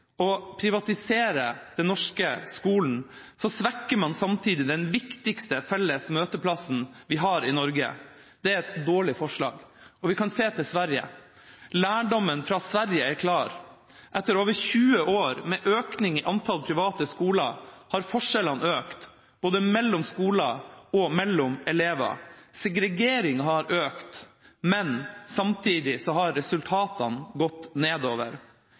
og privatiserer den norske skolen, svekker man samtidig den viktigste felles møteplassen vi har i Norge. Det er et dårlig forslag. Vi kan se til Sverige. Lærdommen fra Sverige er klar. Etter over 20 år med økning i antall private skoler har forskjellene økt, både mellom skoler og mellom elever. Segregeringa har økt. Og samtidig har resultatene gått nedover.